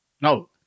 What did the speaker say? No